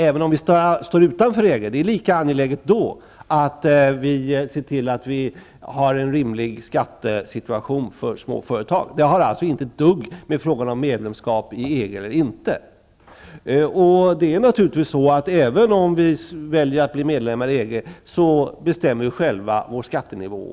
Även om vi ställer oss utanför EG är det lika angelaget att se till att småföretagen har en rimlig skattesituation. Detta har inte ett dugg med frågan om medlemskap eller inte att göra. Om vi väljer att bli medlemmar i EG, bestämmer vi själva om vår skattenivå.